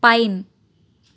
fine